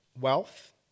wealth